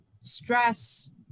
stress